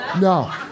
no